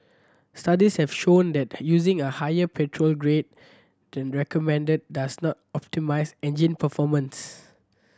studies have shown that using a higher petrol grade than recommended does not optimise engine performance